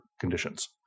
conditions